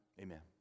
Amen